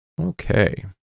Okay